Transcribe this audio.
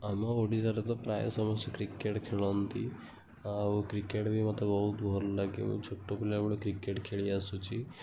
ଆମ ଓଡ଼ିଶାର ତ ପ୍ରାୟ ସମସ୍ତେ କ୍ରିକେଟ୍ ଖେଳନ୍ତି ଆଉ କ୍ରିକେଟ୍ ବି ମୋତେ ବହୁତ ଭଲ ଲାଗେ ମୁଁ ଛୋଟ ପିଲାବେଳୁ କ୍ରିକେଟ୍ ଖେଳି ଆସୁଛି